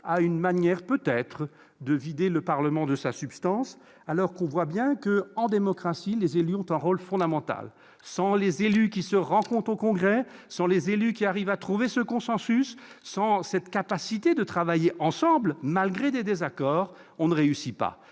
à la manière, en quelque sorte, de vider le Parlement de sa substance, alors que l'on voit bien que, en démocratie, les élus ont un rôle fondamental. Sans les élus qui se rencontrent au congrès, sans les élus qui oeuvrent au consensus, sans cette capacité de travailler ensemble, malgré des désaccords, on ne réussira pas.